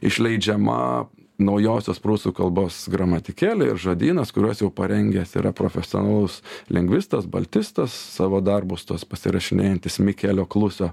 išleidžiama naujosios prūsų kalbos gramatikėlė ir žodynas kuriuos jau parengęs yra profesionalus lingvistas baltistas savo darbus tuos pasirašinėjantis mikelio kluso